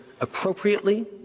appropriately